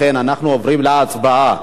לכן אנחנו עוברים להצבעה.